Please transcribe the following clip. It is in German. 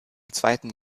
zweiten